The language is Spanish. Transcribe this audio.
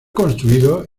construido